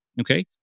Okay